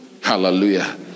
Hallelujah